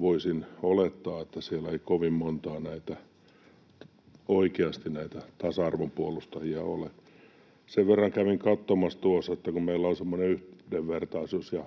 voisin olettaa, että siellä ei kovin montaa oikeasti tasa-arvon puolustajaa ole. Sen verran kävin katsomassa, että kun meillä on semmoinen yhdenvertaisuus- ja